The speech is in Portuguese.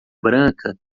branca